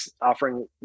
offering